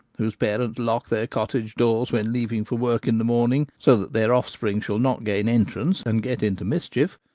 whose parents lock their cottage doors when leaving for work in the morn ing so that their offspring shall not gain entrance and get into mischief,